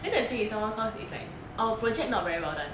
then the thing is some more cos it's like our project not very well done